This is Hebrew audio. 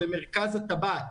במרכז הטבעת.